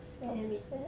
damn it